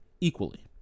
equally